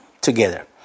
together